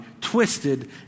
twisted